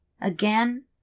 again